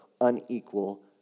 unequal